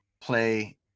play